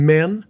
Men